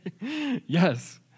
Yes